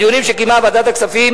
בדיונים שקיימה ועדת הכספים,